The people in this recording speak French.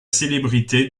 célébrité